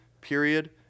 Period